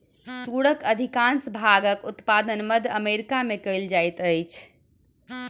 तूरक अधिकाँश भागक उत्पादन मध्य अमेरिका में कयल जाइत अछि